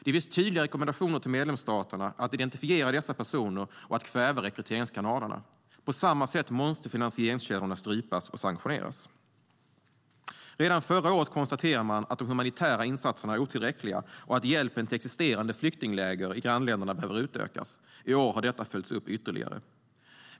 Det finns tydliga rekommendationer till medlemsstaterna att identifiera dessa personer och att kväva rekryteringskanalerna. På samma sätt måste finansieringskällorna strypas och sanktioner vidtas. Redan förra året konstaterade man att de humanitära insatserna är otillräckliga och att hjälpen till existerande flyktingläger i grannländerna behöver utökas. I år har detta följts upp ytterligare.